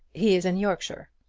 he is in yorkshire.